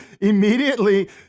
immediately